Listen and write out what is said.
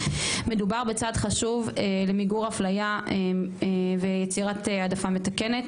מדובר בצעד חשוב למיגור אפליה ויצירת העדפה מתקנת